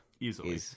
Easily